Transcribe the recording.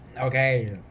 okay